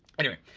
anyway,